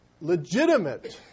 legitimate